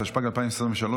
התשפ"ג 2023,